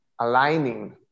aligning